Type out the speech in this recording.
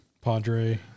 Padre